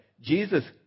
Jesus